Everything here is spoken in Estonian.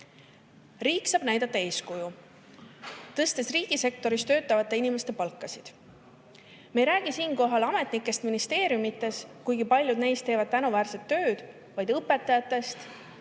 Riik saab näidata eeskuju, tõstes riigisektoris töötavate inimeste palka. Me ei räägi siinkohal ametnikest ministeeriumides – kuigi paljud neist teevad tänuväärset tööd –, vaid räägime õpetajatest,